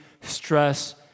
stress